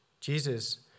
Jesus